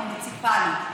המוניציפליים,